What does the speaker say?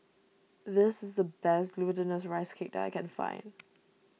this is the best Glutinous Rice Cake that I can find